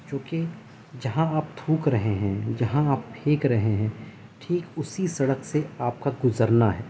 چونکہ جہاں آپ تھوک رہے ہیں جہاں آپ پھینک رہے ہیں ٹھیک اسی سڑک سے آپ کا گزرنا ہے